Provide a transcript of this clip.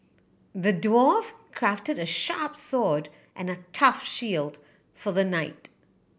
the dwarf crafted a sharp sword and a tough shield for the knight